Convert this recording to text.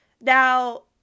Now